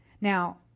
now